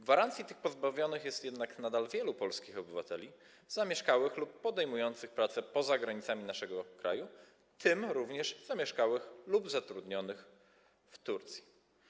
Gwarancji tych pozbawionych jest jednak nadal wielu polskich obywateli zamieszkałych lub podejmujących pracę poza granicami naszego kraju, w tym również zamieszkałych lub zatrudnionych w Turcji.